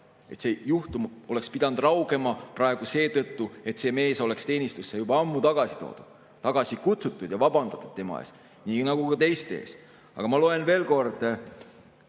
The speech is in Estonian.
See juhtum oleks pidanud raugema praegu seetõttu, et see mees oleks teenistusse juba ammu tagasi toodud, tagasi kutsutud, ja oleks vabandatud tema ees, nii nagu ka teiste ees. Aga ma loen veel kord